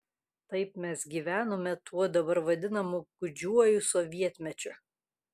taip mes gyvenome tuo dabar vadinamu gūdžiuoju sovietmečiu